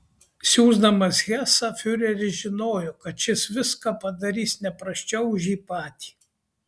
siųsdamas hesą fiureris žinojo kad šis viską padarys ne prasčiau už jį patį